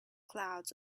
clouds